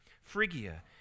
Phrygia